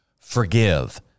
forgive